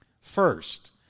First